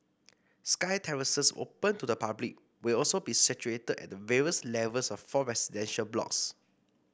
sky terraces open to the public will also be situated at the various levels of four residential blocks